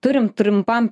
turim trumpam